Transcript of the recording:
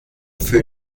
für